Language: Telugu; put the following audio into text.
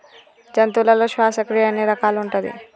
జంతువులలో శ్వాసక్రియ ఎన్ని రకాలు ఉంటది?